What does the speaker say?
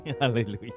Hallelujah